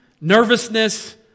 nervousness